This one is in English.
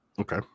Okay